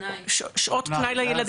שעות פנאי לילדים,